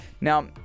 Now